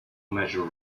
major